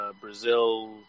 Brazil